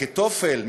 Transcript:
אחיתופל,